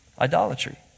idolatry